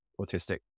autistic